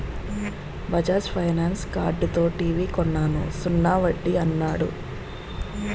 Bajaj finance కార్డుతో TV కొన్నాను సున్నా వడ్డీ యన్నాడు